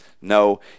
No